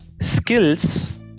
Skills